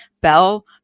Bell